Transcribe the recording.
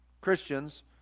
Christians